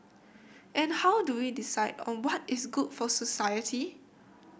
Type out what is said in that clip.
and how do we decide on what is good for society